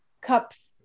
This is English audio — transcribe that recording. cups